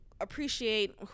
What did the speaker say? appreciate